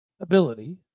ability